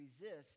resist